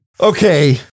Okay